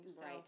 right